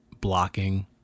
blocking